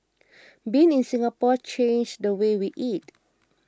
being in Singapore changed the way we eat